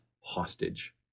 hostage